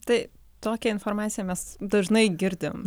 taip tokią informaciją mes dažnai girdim